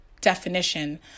definition